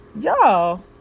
Y'all